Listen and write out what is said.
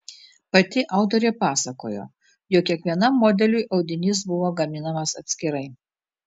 pati autorė pasakojo jog kiekvienam modeliui audinys buvo gaminamas atskirai